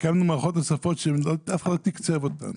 הקמנו מערכות נוספות שאף אחד לא תקצב אותן,